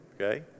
Okay